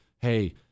hey